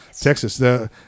Texas